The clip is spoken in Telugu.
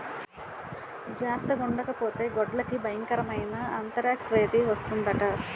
జార్తగుండకపోతే గొడ్లకి బయంకరమైన ఆంతరాక్స్ వేది వస్తందట